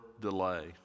delay